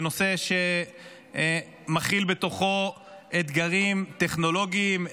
זה נושא שמכיל בתוכו אתגרים טכנולוגיים,